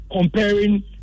comparing